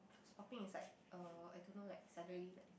so popping is like uh I don't know like suddenly like